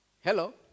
Hello